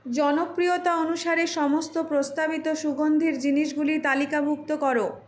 জনপ্রিয়তা অনুসারে সমস্ত প্রস্তাবিত সুগন্ধির জিনিসগুলো তালিকাভুক্ত কর